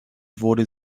wurde